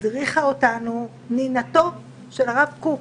הדריכה אותנו נינתו של הרב קוק,